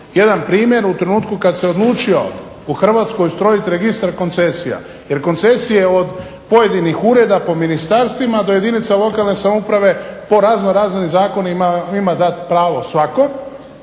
jedan primjer u trenutku kad se odlučio u Hrvatskoj ustrojiti registar koncesija. Jer koncesije od pojedinih ureda po ministarstvima do jedinica lokalne samouprave po razno raznim zakonima ima dat pravo svakom